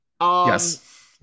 Yes